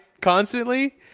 constantly